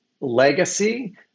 legacy